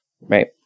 right